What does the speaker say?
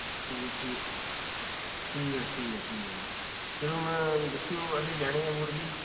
ਠੀਕ ਹੈ ਠੀ ਠੀਕ ਹੈ ਠੀਕ ਹੈ ਠੀਕ ਹੈ ਜੀ ਚਲੋ ਮੈ ਦੱਸਿਉ ਅਸੀਂ ਲੈਣੇ ਹੈ ਬੂਟ ਜੀ